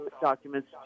documents